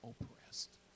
oppressed